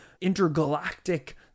intergalactic